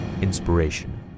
Inspiration